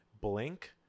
blink